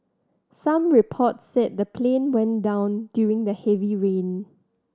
some reports said the plane went down during the heavy rain